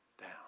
down